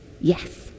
yes